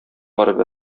барып